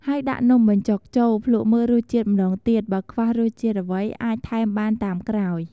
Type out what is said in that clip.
ហើយដាក់នំបញ្ចុកចូល ភ្លក់មើលរសជាតិម្ដងទៀត បើខ្វះរសជាតិអ្វីអាចថែមបានតាមក្រោយ។